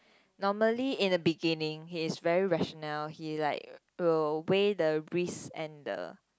normally in the beginning he is very rationale he like will weigh the risk and the